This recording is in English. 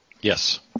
Yes